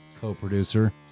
Co-producer